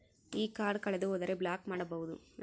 ಈ ಕಾರ್ಡ್ ಕಳೆದು ಹೋದರೆ ಬ್ಲಾಕ್ ಮಾಡಬಹುದು?